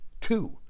Two